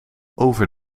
over